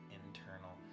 internal